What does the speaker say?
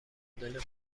مدل